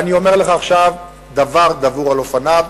ואני אומר לך עכשיו דבר דבור על אופניו.